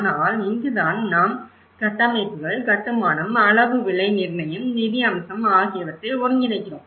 ஆனால் இங்குதான் நாம் கட்டமைப்புகள் கட்டுமானம் அளவு விலை நிர்ணயம் நிதி அம்சம் ஆகியவற்றை ஒருங்கிணைக்கிறோம்